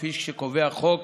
כפי שקובע החוק